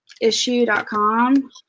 issue.com